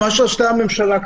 מה שעשתה הממשלה,